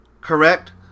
correct